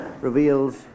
reveals